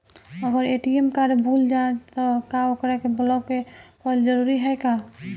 अगर ATM card भूला जाए त का ओकरा के बलौक कैल जरूरी है का?